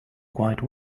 quite